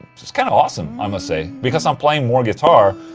just kind of awesome i must say, because i'm playing more guitar.